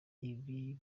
ibi